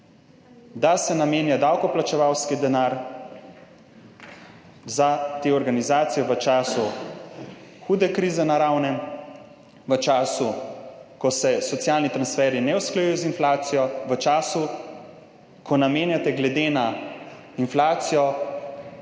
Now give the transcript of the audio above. da se namenja davkoplačevalski denar za te organizacije v času hude naravne krize, v času, ko se socialni transferji ne usklajujejo z inflacijo, v času, ko namenjate glede na inflacijo